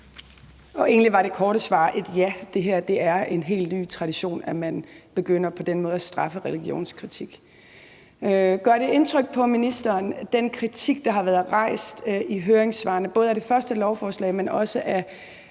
Egentlig var det korte svar: Ja, det er en helt ny tradition, at man begynder på den måde at straffe religionskritik. Gør det indtryk på ministeren, at der har været rejst en kritik i høringssvarene, både af det første lovforslag, men også af